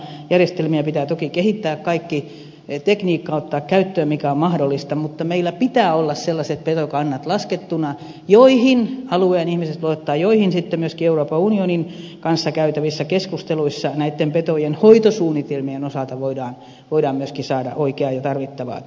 järjestelmiä pitää toki kehittää kaikki tekniikka ottaa käyttöön mikä on mahdollista mutta meillä pitää olla sellaiset petokannat laskettuna joihin alueen ihmiset voivat luottaa joihin sitten myöskin euroopan unionin kanssa käytävissä keskusteluissa näitten petojen hoitosuunnitelmien osalta voidaan myöskin saada oikeaa ja tarvittavaa tietoa